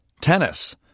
tennis